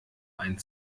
ein